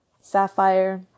sapphire